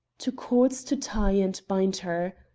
to cords to tie and bind her.